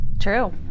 True